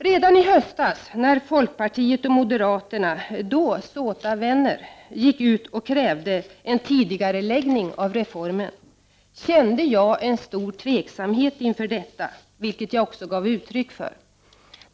Redan i höstas när folkpartiet och moderaterna, då såta vänner, gick ut och krävde en tidigareläggning av reformen kände jag en stor tveksamhet inför detta, vilket jag också gav uttryck för.